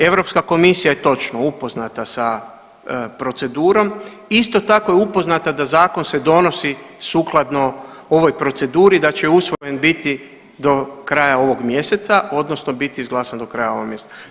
EU komisija je, točno, upoznata sa procedurom, isto tako je upoznata da zakon se donosi sukladno ovoj proceduri, da će usvojen biti do kraja ovog mjeseca, odnosno biti izglasan do kraja ovog mjeseca.